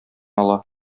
ала